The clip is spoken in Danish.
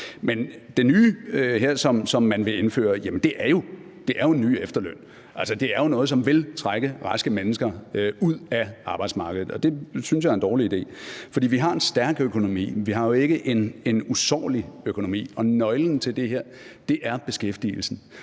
sig. Det nye, som man vil indføre her, er jo en ny efterløn. Altså, det er jo noget, som vil trække raske mennesker ud af arbejdsmarkedet, og det synes jeg er en dårlig idé. For vi har en stærk økonomi, men vi har jo ikke en usårlig økonomi, og nøglen til det her er beskæftigelsen.